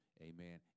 Amen